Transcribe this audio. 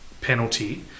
penalty